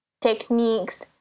techniques